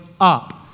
up